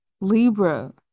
Libra